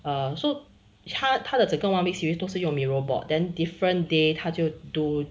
um so 他他的整个 one week series 都是用 miro board then different day 他就 do